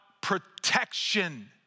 protection